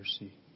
mercy